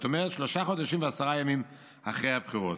זאת אומרת, שלושה חודשים ועשרה ימים אחרי הבחירות.